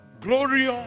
glory